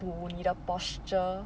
补你的 posture